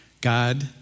God